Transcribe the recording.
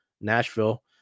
Nashville